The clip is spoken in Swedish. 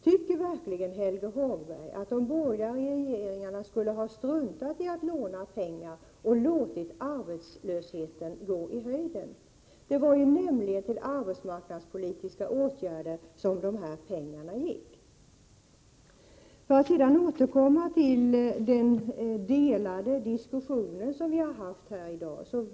Tycker Helge Hagberg verkligen att de borgerliga regeringarna skulle ha struntat i att låna pengar och i stället låta arbetslösheten gå i höjden? Dessa pengar gick nämligen till arbetsmarknadspolitiska åtgärder. Jag vill sedan återkomma till den delade diskussion vi har haft här i dag.